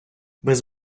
без